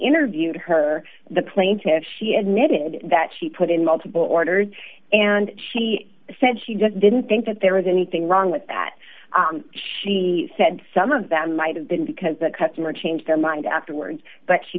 interviewed her the plaintiffs she admitted that she put in multiple orders and she said she just didn't think that there was anything wrong with that she said some of them might have been because the customer changed their mind afterwards but she